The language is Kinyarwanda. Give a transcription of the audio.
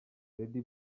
lady